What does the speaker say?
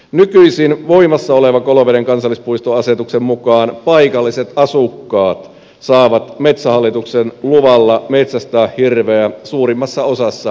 nykyisin voimassa olevan koloveden kansallispuistoasetuksen mukaan paikalliset asukkaat saavat metsähallituksen luvalla metsästää hirveä suurimmassa osassa kansallispuistoa